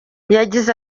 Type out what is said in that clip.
yagize